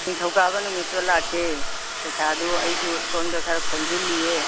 ꯅꯤꯡꯊꯧꯀꯥꯕ ꯅꯨꯃꯤꯠꯇꯣ ꯂꯥꯛꯀꯦ ꯄꯩꯁꯥꯗꯣ ꯑꯩꯁꯨ ꯁꯣꯟꯗ ꯈꯔ ꯈꯣꯝꯖꯤꯜꯂꯤꯌꯦ